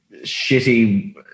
shitty